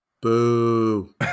Boo